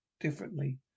differently